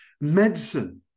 medicine